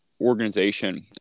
organization